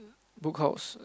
Book House